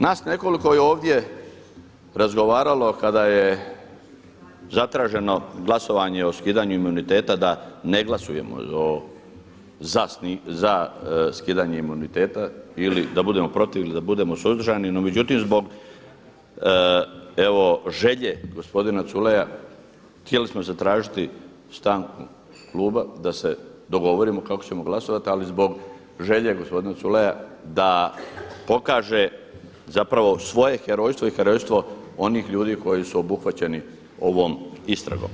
Nas nekoliko je ovdje razgovaralo kada je zatraženo glasovanje o skidanju imuniteta da ne glasujemo o za skidanje imuniteta ili da budemo protiv ili da budemo suzdržani, no međutim zbog evo želje gospodina Culeja htjeli smo zatražiti stanku kluba da se dogovorimo kako ćemo glasovati, ali zbog želje gospodina Culeja da pokaže zapravo svoje herojstvo i herojstvo onih ljudi koji su obuhvaćeni ovom istragom.